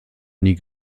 nie